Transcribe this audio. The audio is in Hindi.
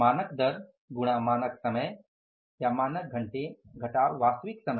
मानक दर गुणा मानक समय या मानक घंटे घटाव वास्तविक समय